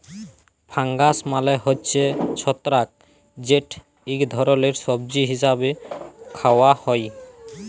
fungus মালে হছে ছত্রাক যেট ইক ধরলের সবজি হিসাবে খাউয়া হ্যয়